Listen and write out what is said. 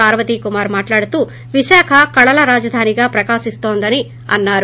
పార్వతికుమార్ మాట్హడుతూ విశాఖ కళల రాజధానిగా ప్రకాశిస్తోందని అన్సారు